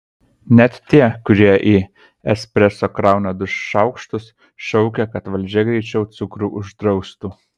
net tie kurie į espreso krauna du šaukštus šaukia kad valdžia greičiau cukrų uždraustų